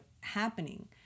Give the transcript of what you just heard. happening